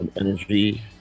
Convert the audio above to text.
energy